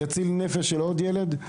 יציל נפש של עוד ילד על